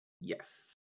Yes